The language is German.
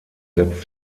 setzt